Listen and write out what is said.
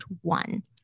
one